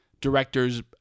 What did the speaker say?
directors